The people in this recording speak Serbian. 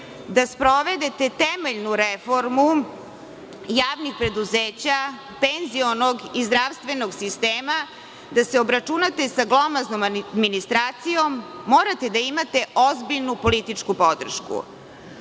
da sprovedete temeljnu reformu javnih preduzeća, penzionog i zdravstvenog sistema, da se obračunate za glomaznom administracijom, morate da imate ozbiljnu političku podršku. Nadamo